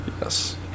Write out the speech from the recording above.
Yes